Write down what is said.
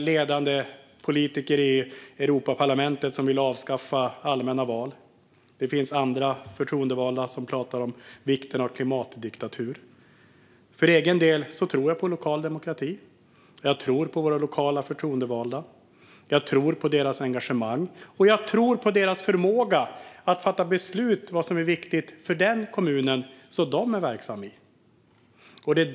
ledande politiker i Europaparlamentet som vill avskaffa allmänna val, och det finns andra förtroendevalda som pratar om vikten av klimatdiktatur. För egen del tror jag på lokal demokrati. Jag tror på våra lokala förtroendevalda, jag tror på deras engagemang och jag tror på deras förmåga att fatta beslut om vad som är viktigt för den kommun där de är verksamma. Fru talman!